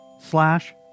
slash